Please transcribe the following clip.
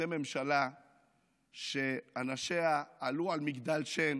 אתם ממשלה שאנשיה עלו על מגדל שן